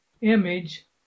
image